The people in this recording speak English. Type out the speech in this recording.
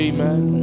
Amen